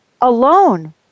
alone